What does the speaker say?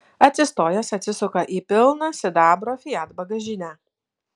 atsistojęs atsisuka į pilną sidabro fiat bagažinę